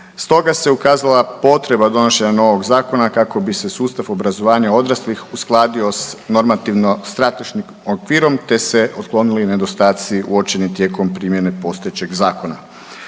Stoga se ukazala potreba donošenja novog zakona kako bi se sustav obrazovanja odraslih uskladio s normativno strateškim okvirom te se otklonili nedostaci uočeni tijekom primjene postojećeg zakona.